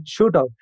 shootout